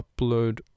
upload